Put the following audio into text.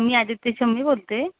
मी आदित्यची म्मी बोलते